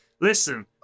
Listen